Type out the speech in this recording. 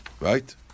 right